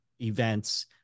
events